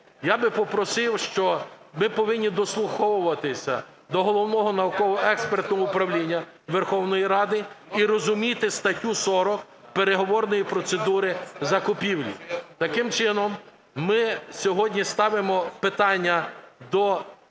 Я би попросив, що ми повинні дослуховуватися до Головного науково-експертного управління Верховної Ради і розуміти статтю 40 переговорної процедури закупівлі. Таким чином ми сьогодні ставимо питання до тих